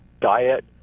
diet